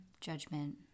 judgment